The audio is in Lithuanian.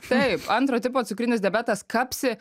taip antro tipo cukrinis diabetas kapsi